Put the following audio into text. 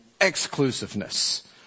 exclusiveness